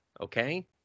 okay